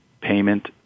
payment